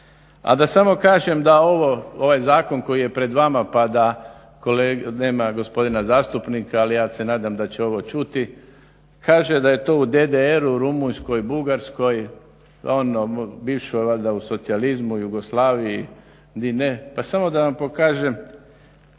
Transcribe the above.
A da samo kažem da ovaj zakon koji je pred vama pa da kolege, nema gospodina zastupnika ali ja se nadam da će ovo čuti, kaže da je to u DDR-u, u Rumunjskoj, Bugarskoj, onom bivšem valjda socijalizmu, Jugoslaviji, di ne, pa samo da vam pokažem